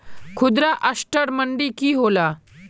खुदरा असटर मंडी की होला?